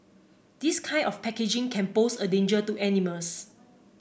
this kind of packaging can pose a danger to animals